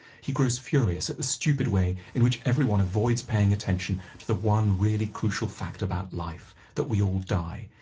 he grows furious at the stupid way in which everyone avoids paying attention to the one really crucial fact about life that we all die.